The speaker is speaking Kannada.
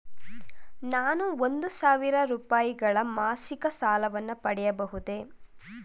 ನಾನು ಒಂದು ಸಾವಿರ ರೂಪಾಯಿಗಳ ಮಾಸಿಕ ಸಾಲವನ್ನು ಪಡೆಯಬಹುದೇ?